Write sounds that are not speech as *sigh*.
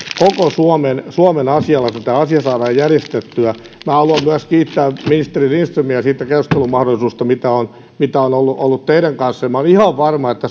koko suomen suomen asialla kun tämä asia saadaan järjestettyä minä haluan myös kiittää ministeri lindströmiä siitä keskustelumahdollisuudesta mitä on mitä on ollut ollut teidän kanssanne ja minä olen ihan varma että *unintelligible*